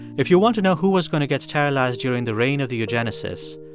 if you want to know who was going to get sterilized during the reign of the eugenicists,